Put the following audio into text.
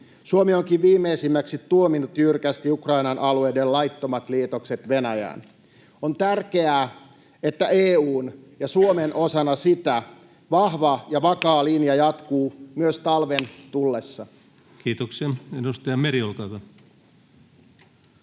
Suomi onkin viimeisimmäksi tuominnut jyrkästi Ukrainan alueiden laittomat liitokset Venäjään. On tärkeää, että EU:n, ja Suomen osana sitä, vahva ja vakaa linja jatkuu myös talven tullessa. [Speech 55] Speaker: Ensimmäinen